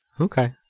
Okay